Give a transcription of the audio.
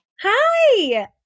Hi